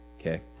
Okay